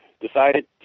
decided